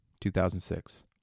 2006